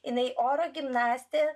jinai oro gimnastė